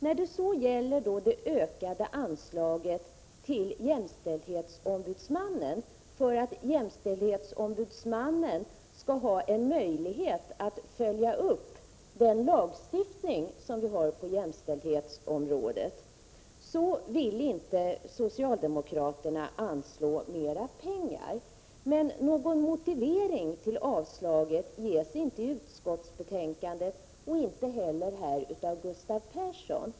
När det så gäller det ökade anslaget till jämställdhetsombudsmannen för att jämställdhetsombudsmannen skall ha en möjlighet att följa den lagstiftning som vi har på jämställdhetsområdet vill inte socialdemokraterna anslå mera pengar. Men någon motivering till avslaget ges inte i utskottsbetänkandet och inte heller här av Gustav Persson.